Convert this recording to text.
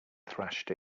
thrashed